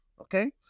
Okay